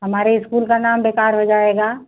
हमारे इस्कूल का नाम बेकार हो जाएगा